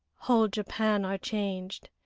whole japan are changed,